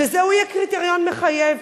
שזה יהיה קריטריון מחייב.